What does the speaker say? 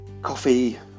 coffee